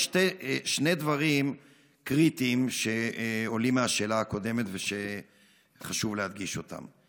יש שני דברים קריטיים שעולים מהשאלה הקודמת ושחשוב להדגיש אותם.